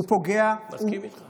מסכים איתך.